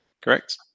Correct